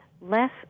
less